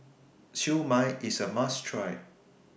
Siew Mai IS A must Try